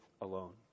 alone